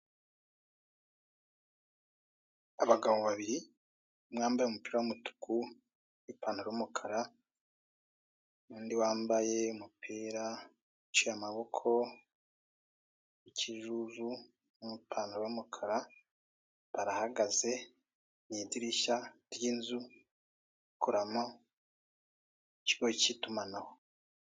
Abagabo babiri, umwe wambaye umupira w'umutuku, n'ipantaro y'umukara, n'undi wambaye umupira uciye amaboko w'ikijuju n'ipantaro y'umukara, barahagaze, mu idirishya ry'inzu ikorerwamo ikigo cy'itumanaho.